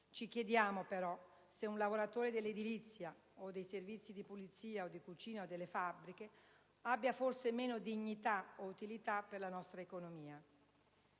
Ci chiediamo, però, se un lavoratore dell'edilizia, dei servizi di pulizia, di cucina o delle fabbriche abbia meno dignità o utilità per la nostra economia.